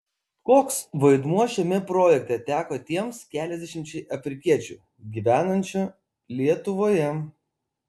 koks vaidmuo šiame projekte teko tiems keliasdešimčiai afrikiečių gyvenančių lietuvoje